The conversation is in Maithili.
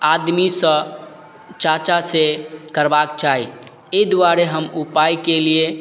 आदमीसँ चर्चासँ करबाक चाही अइ दुआरे हम उपायके लिये